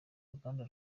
uruganda